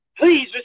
please